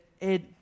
Ed